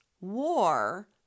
war